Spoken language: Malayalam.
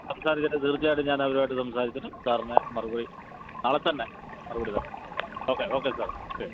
തീർച്ചയായിട്ടും ഞാൻ അവരുമായിട്ട് സംസാരിച്ചിട്ട് സാറിനെ മറുപടി നാളത്തന്നെ മറുപടി തരാം ഓക്കേ ഓക്കേ സാറേ ശരി